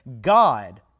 God